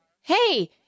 hey